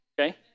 okay